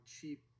cheap